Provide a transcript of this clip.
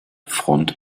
front